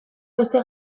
beste